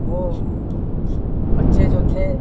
वह बच्चे जो थे